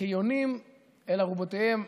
כיונים אל ארובותיהם.